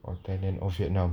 or thailand or vietnam